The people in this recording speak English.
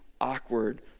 awkward